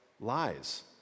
lies